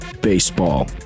baseball